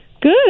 Good